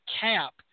cap